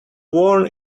worn